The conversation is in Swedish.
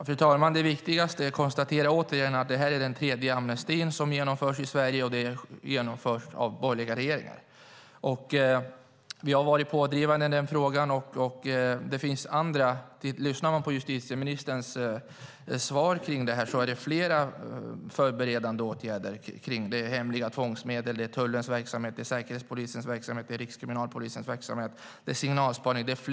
Fru talman! Jag konstaterar återigen att det här är den tredje amnestin som genomförs i Sverige, och som genomförs av borgerliga regeringar. Vi har varit pådrivande i frågan. Enligt justitieministerns svar handlar det om flera förberedande åtgärder. Det är hemliga tvångsmedel, det är tullens verksamhet, säkerhetspolisens verksamhet, rikskriminalpolisens verksamhet och signalspaningens verksamhet.